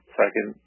second